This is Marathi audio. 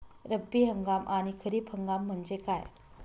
रब्बी हंगाम आणि खरीप हंगाम म्हणजे काय?